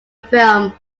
film